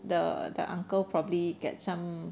the the uncle probably got some